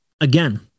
again